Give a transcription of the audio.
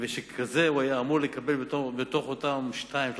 וככזה הוא היה אמור לקבל מתוך אותם 2 3